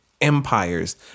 empires